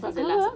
but how ah